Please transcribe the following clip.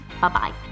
Bye-bye